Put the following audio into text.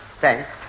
Thanks